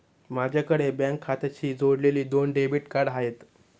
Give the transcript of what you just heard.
माझ्याकडे बँक खात्याशी जोडलेली दोन डेबिट कार्ड आहेत